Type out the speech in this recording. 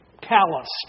calloused